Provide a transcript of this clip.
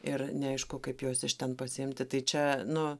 ir neaišku kaip juos iš ten pasiimti tai čia nu